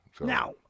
Now